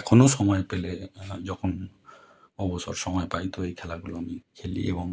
এখনো সময় পেলে যখন অবসর সমায় পাই তো এই খেলাগুলো আমি খেলি এবং